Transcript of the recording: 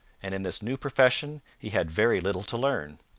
and in this new profession he had very little to learn.